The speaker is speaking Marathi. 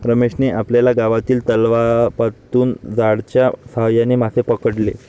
रमेशने आपल्या गावातील तलावातून जाळ्याच्या साहाय्याने मासे पकडले